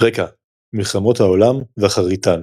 רקע מלחמות העולם ואחריתן